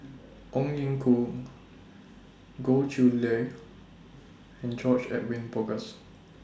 Ong Ye Kung Goh Chiew Lye and George Edwin Bogaars